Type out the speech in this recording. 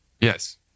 Yes